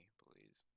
please